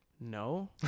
No